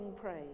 praise